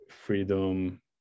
freedom